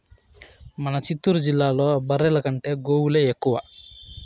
మన చిత్తూరు జిల్లాలో బర్రెల కంటే గోవులే ఎక్కువ